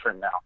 now